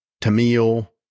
Tamil